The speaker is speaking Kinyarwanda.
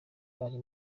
ari